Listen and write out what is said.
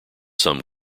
some